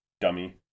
Dummy